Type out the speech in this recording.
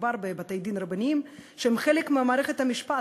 מדובר בבתי-דין רבניים שהם חלק ממערכת המשפט.